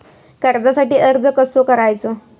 कर्जासाठी अर्ज कसो करायचो?